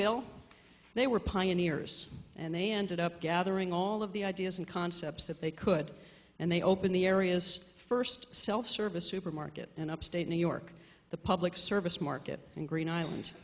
bill they were pioneers and they ended up gathering all of the ideas and concepts that they could and they open the area's first self service supermarket in upstate new york the public service market and green island